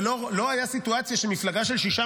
אבל לא הייתה סיטואציה של מפלגה של שישה